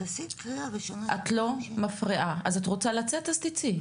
אם את רוצה לצאת אז תצאי.